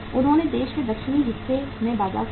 उन्होंने देश के दक्षिणी हिस्से में बाजार खो दिया